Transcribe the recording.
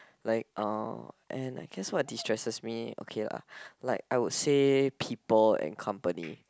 like uh and I guess what destresses me okay lah like I would say people and company